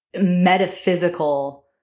metaphysical